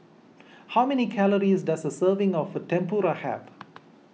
how many calories does a serving of Tempura have